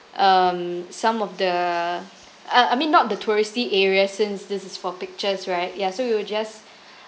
um some of the I I mean not the touristy areas since this is for pictures right ya so you'll just